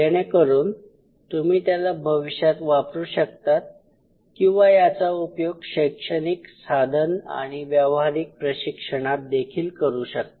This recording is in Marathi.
जेणेकरून तुम्ही त्याला भविष्यात वापरू शकतात किंवा याचा उपयोग शैक्षणिक साधन आणि व्यावहारिक प्रशिक्षणात करू शकता